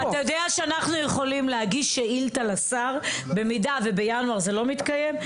אתה יודע שאנחנו יכולים להגיש שאילתה לשר במידה ובינואר זה לא מתקיים?